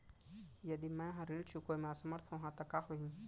यदि मैं ह ऋण चुकोय म असमर्थ होहा त का होही?